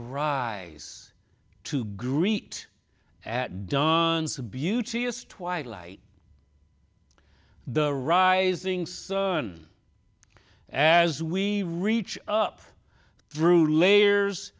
rise to greet at don's beauteous twilight the rising sun as we reach up through layers